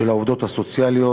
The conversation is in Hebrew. של העובדות הסוציאליות,